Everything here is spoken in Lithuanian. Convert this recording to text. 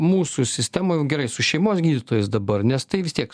mūsų sistemoj gerai su šeimos gydytojais dabar nes tai vis tiek